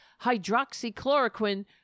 hydroxychloroquine